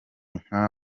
nka